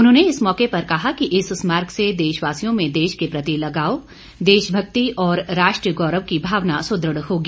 उन्होंने इस मौके पर कहा कि इस स्मारक से देशवासियों में देश के प्रति लगाव देश भक्ति और राष्ट्रीय गौरव की भावना सुदृढ़ होगी